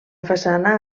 façana